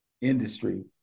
industry